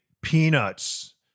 peanuts